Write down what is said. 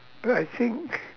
but I think